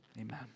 amen